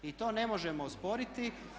I to ne možemo osporiti.